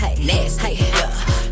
nasty